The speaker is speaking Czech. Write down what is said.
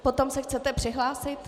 Potom se chcete přihlásit?